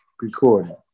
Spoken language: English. recording